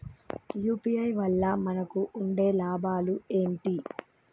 UPI వల్ల మనకు ఉండే లాభాలు ఏంటి?